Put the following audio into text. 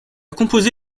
composé